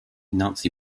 nazi